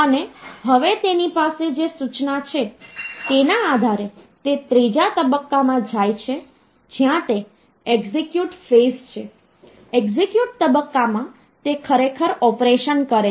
અને હવે તેની પાસે જે સૂચના છે તેના આધારે તે ત્રીજા તબક્કામાં જાય છે જ્યાં તે એક્ઝિક્યુટ ફેઝ છે એક્ઝિક્યુટ તબક્કામાં તે ખરેખર ઓપરેશન કરે છે